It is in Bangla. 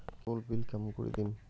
কেবল বিল কেমন করি দিম?